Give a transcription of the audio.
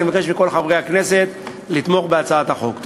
אני מבקש מכל חברי הכנסת לתמוך בהצעת החוק.